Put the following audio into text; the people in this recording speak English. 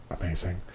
Amazing